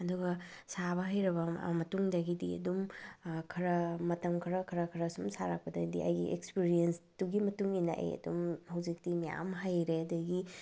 ꯑꯗꯨꯒ ꯁꯥꯕ ꯍꯩꯔꯕ ꯃꯇꯨꯡꯗꯒꯤꯗꯤ ꯑꯗꯨꯝ ꯈꯔ ꯃꯇꯝ ꯈꯔ ꯈꯔ ꯈꯔ ꯁꯨꯝ ꯁꯥꯔꯛꯄꯗꯒꯤꯗꯤ ꯑꯩꯒꯤ ꯑꯦꯛꯁꯄꯔꯤꯌꯦꯟꯁꯇꯨꯒꯤ ꯃꯇꯨꯡ ꯏꯟꯅ ꯑꯩ ꯑꯗꯨꯝ ꯍꯧꯖꯤꯛꯇꯤ ꯃꯌꯥꯝ ꯍꯩꯔꯦ ꯑꯗꯒꯤ